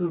ഉണ്ട്